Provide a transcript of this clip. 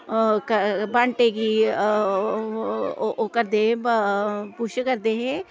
बांटे कि ओह् करदे हे पुश करदे हे